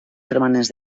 permanents